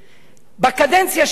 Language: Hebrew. בקדנציה שלי,